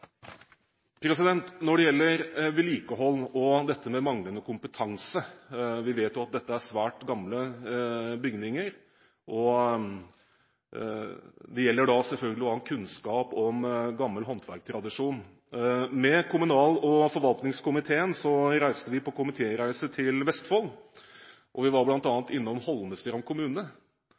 Når det gjelder vedlikehold – vi vet jo at dette er svært gamle bygninger – trenger man selvfølgelig å ha kompetanse, ha kunnskap om gammel håndverkstradisjon. Kommunal- og forvaltningskomiteen var på komitéreise til Vestfold, og vi var bl.a. innom Holmestrand kommune.